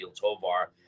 Tovar